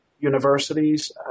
universities